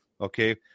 okay